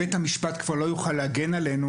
בית המשפט כבר לא יוכל להגן עלינו,